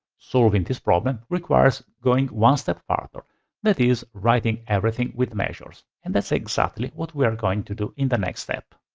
solving this problem requires going one step further. that is, writing everything with measures. and that's exactly what we are going to do in the next step.